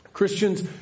Christians